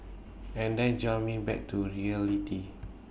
and that jolted me back to reality